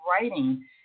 writing